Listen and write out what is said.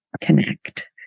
connect